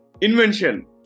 Invention